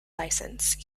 license